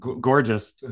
gorgeous